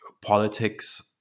politics